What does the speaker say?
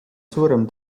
suurem